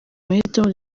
mahitamo